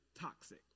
toxic